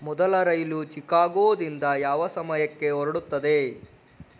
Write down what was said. ಮೊದಲ ರೈಲು ಚಿಕಾಗೋದಿಂದ ಯಾವ ಸಮಯಕ್ಕೆ ಹೊರಡುತ್ತದೆ